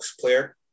player